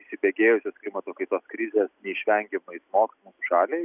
įsibėgėjusios klimato kaitos krizės neišvengiamai smogs mūsų šalia